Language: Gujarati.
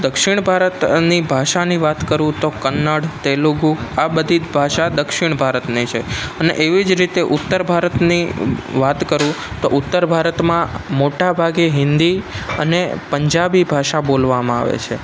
દક્ષિણ ભારતની ભાષાની વાત કરું તો કન્નડ તેલુગુ આ બધી જ ભાષા દક્ષિણ ભારતની છે અને એવી જ રીતે ઉત્તર ભારતની વાત કરું તો ઉત્તર ભારતમાં મોટા ભાગે હિન્દી અને પંજાબી ભાષા બોલવામાં આવે છે